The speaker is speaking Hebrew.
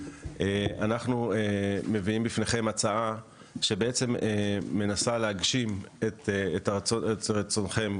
אנחנו מביאים בפניכם הצעה שבעצם מנסה להגשים את רצונכם,